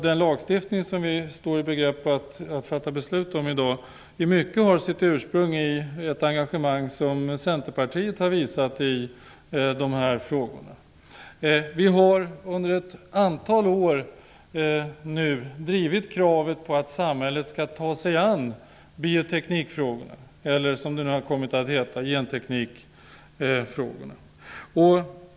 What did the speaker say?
Den lagstiftning som vi står i begrepp att fatta beslut om i dag har i mycket sitt ursprung i ett engagemang som Centerpartiet har visat i dessa frågor. Vi har under ett antal år drivit krav på att samhället skall ta sig an bioteknikfrågorna eller, som de nu har kommit att heta, genteknikfrågorna.